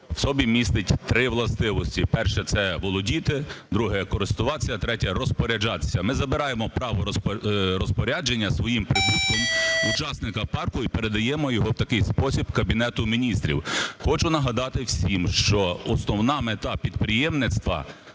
в собі містить три властивості: перше – це володіти, друге – користуватися, а третє – розпоряджатися. Ми забираємо право розпорядження своїм прибутком в учасника парку і передаємо його в такий спосіб Кабінету Міністрів. Хочу нагадати всім, що основна мета підприємництва,